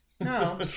no